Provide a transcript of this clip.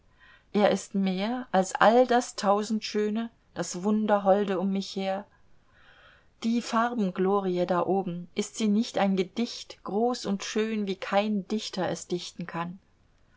er ist mehr als all das tausendschöne das wunderholde um mich her die farbenglorie da oben ist sie nicht ein gedicht groß und schön wie kein dichter es dichten kann